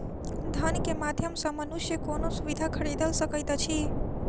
धन के माध्यम सॅ मनुष्य कोनो सुविधा खरीदल सकैत अछि